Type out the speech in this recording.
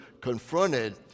confronted